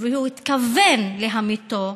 והוא התכוון להמיתו,